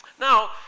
Now